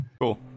Cool